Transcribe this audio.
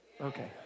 Okay